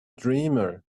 dreamer